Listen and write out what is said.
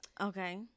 Okay